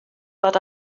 but